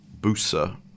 Busa